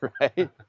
right